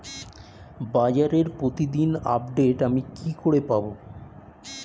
বাজারের প্রতিদিন আপডেট আমি কি করে পাবো?